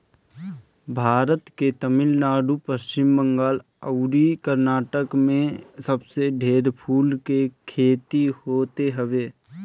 भारत के तमिलनाडु, पश्चिम बंगाल अउरी कर्नाटक में सबसे ढेर फूल के खेती होत हवे